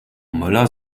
möller